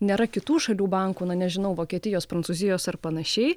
nėra kitų šalių bankų na nežinau vokietijos prancūzijos ar panašiai